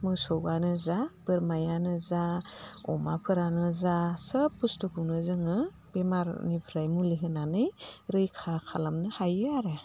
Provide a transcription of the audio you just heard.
मोसौआनो जा बोरमायानो जा अमाफोरानो जा सोब बुस्थुखौनो जोङो बेमारनिफ्राय मुलि होनानै रैखा खालामनो हायो आरो